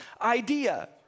idea